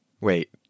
wait